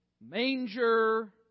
manger